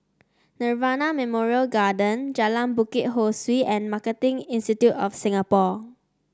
Nirvana Memorial Garden Jalan Bukit Ho Swee and Marketing Institute of Singapore